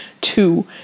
two